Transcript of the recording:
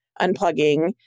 unplugging